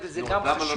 זה גם חשוב